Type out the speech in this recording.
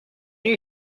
you